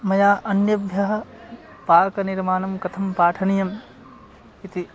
मया अन्येभ्यः पाकनिर्माणं कथं पाठनीयम् इति